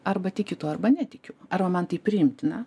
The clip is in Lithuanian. arba tikiu tuo arba netikiu arba man tai priimtina